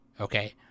Okay